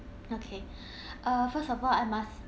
okay first of all I must